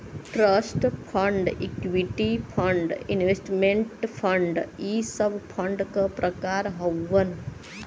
trust fund equity fund investment fund इ सब fund क प्रकार हउवन